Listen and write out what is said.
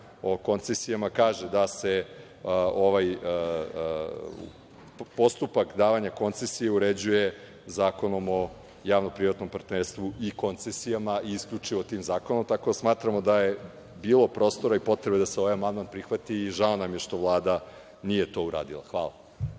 o koncesijama kaže da se ovaj postupak davanja koncesije uređuje Zakonom o javno-privatnom partnerstvu i koncesijama i isključivo tim zakonom. Tako da smatramo da je bilo prostora i potrebe da se ovaj amandman prihvati i žao nam je što Vlada nije to uradila. Hvala